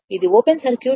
ఇది open circuit